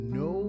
no